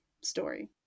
story